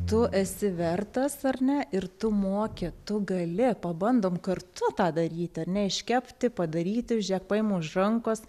tu esi vertas ar ne ir tu moki tu gali pabandom kartu tą daryti ar ne iškepti padaryti žėk paimu už rankos